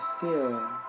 feel